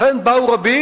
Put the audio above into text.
לכן באו רבים.